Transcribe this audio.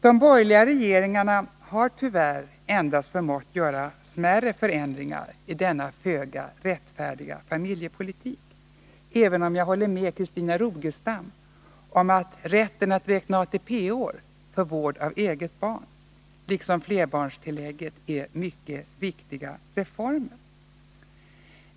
De borgeliga regeringarna har tyvärr endast förmått företa smärre förändringar i denna föga rättfärdiga familjepolitik, även om jag håller med Christina Rogestam om att rätten att räkna ATP-år för vård av eget barn liksom flerbarnstillägget är mycket viktiga reformer.